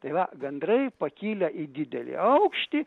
tai va gandrai pakilę į didelį aukštį